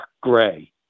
gray